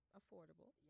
affordable